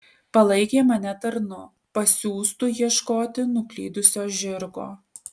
palaikė mane tarnu pasiųstu ieškoti nuklydusio žirgo